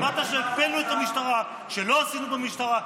אמרת שהקפאנו את המשטרה, שלא עשינו במשטרה.